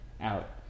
out